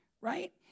right